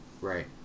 Right